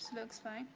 looks fine,